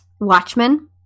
Watchmen